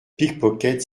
pickpocket